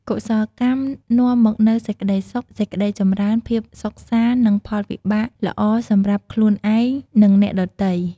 កុសលកម្មនាំមកនូវសេចក្តីសុខ សេចក្តីចម្រើន ភាពសុខសាន្ត និងផលវិបាកល្អសម្រាប់ខ្លួនឯង និងអ្នកដទៃ។